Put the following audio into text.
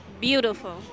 Beautiful